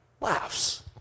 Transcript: laughs